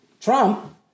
Trump